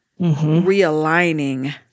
realigning